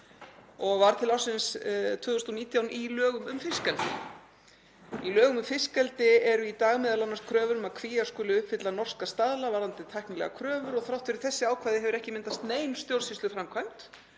og var til ársins 2019 í lögum um fiskeldi. Í lögum um fiskeldi eru í dag m.a. kröfur um að kvíar skuli uppfylla norska staðla varðandi tæknilegar kröfur og þrátt fyrir þessi ákvæði hefur ekki myndast nein stjórnsýsluframkvæmd